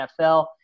NFL